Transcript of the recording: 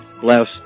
bless